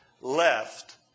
left